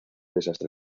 desastre